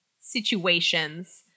situations